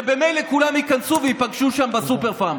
שממילא כולם ייכנסו ויפגשו שם בסופר-פארם.